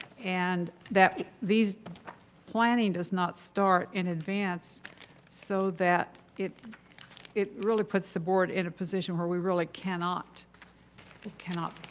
and that these planning does not start in advance so that it it really puts the board in a position where we really but can not,